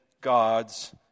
gods